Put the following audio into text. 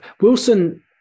Wilson